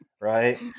right